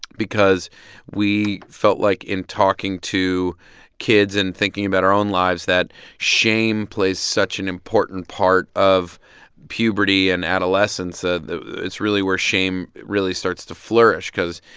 because we felt like in talking to kids and thinking about our own lives, that shame plays such an important part of puberty and adolescence. ah it's really where shame really starts to flourish because,